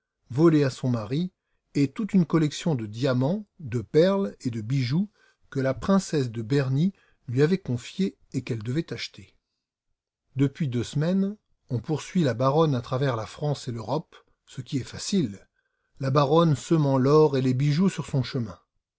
volée à son mari et toute une collection de diamants de perles et de bijoux que la princesse de berny lui avait confiée et qu'elle devait acheter depuis deux semaines on poursuit la baronne à travers la france et l'europe ce qui est facile la baronne semant l'or et les bijoux sur son chemin